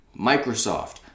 microsoft